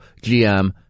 gm